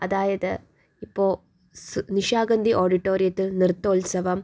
അതായത് ഇപ്പോൾ സ് നിശാഗന്ധി ഓഡിറ്റോറിയത്തിൽ നൃത്തോൽത്സവം